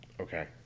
Okay